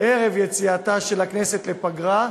ערב יציאתה של הכנסת לפגרה,